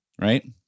right